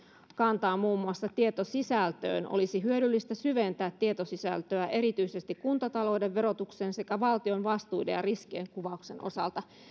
kantaa muun muassa tietosisältöön olisi hyödyllistä syventää tietosisältöä erityisesti kuntatalouden verotuksen sekä valtion vastuiden ja riskien kuvauksen osalta